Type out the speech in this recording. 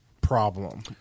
problem